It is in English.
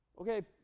Okay